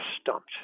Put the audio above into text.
stumped